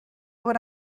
would